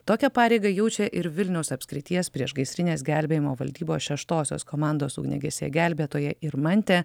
tokią pareigą jaučia ir vilniaus apskrities priešgaisrinės gelbėjimo valdybos šeštosios komandos ugniagesiai gelbėtoja irmantė